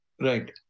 Right